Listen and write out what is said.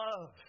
love